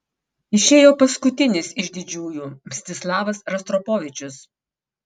išėjo paskutinis iš didžiųjų mstislavas rostropovičius